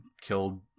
killed